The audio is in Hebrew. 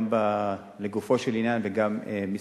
גם לגופו של עניין וגם מסביב.